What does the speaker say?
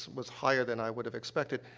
was higher than i would have expected,